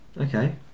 Okay